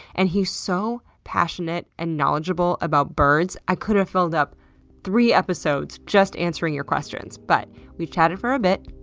and he is so passionate and knowledgeable about birds i could have filled up three episodes just answering your questions. but we chatted for a bit,